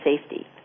safety